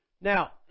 Now